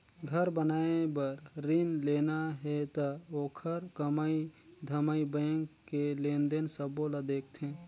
घर बनाए बर रिन लेना हे त ओखर कमई धमई बैंक के लेन देन सबो ल देखथें